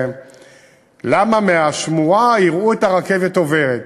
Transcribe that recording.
ולמה מהשמורה יראו את הרכבת עוברת?